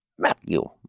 Matthew